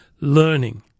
Learning